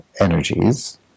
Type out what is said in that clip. energies